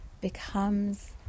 becomes